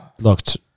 looked